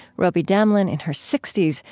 robi damelin in her sixty s,